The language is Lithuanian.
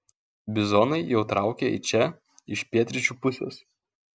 bizonai jau traukia į čia iš pietryčių pusės